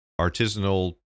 artisanal